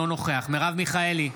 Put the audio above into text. אינו נוכח מרב מיכאלי,